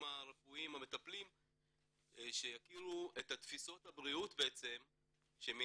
הרפואיים המטפלים שיכירו את תפיסות הבריאות שמהן